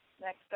Next